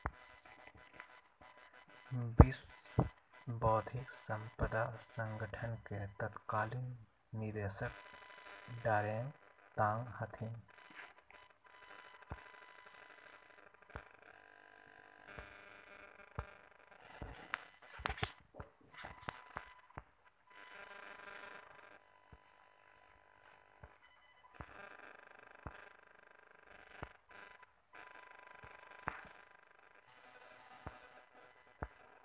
विश्व बौद्धिक साम्पदा संगठन के तत्कालीन निदेशक डारेंग तांग हथिन